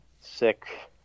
sick